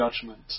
judgment